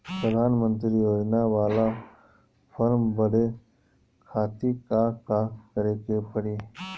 प्रधानमंत्री योजना बाला फर्म बड़े खाति का का करे के पड़ी?